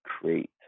create